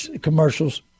commercials